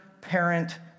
parent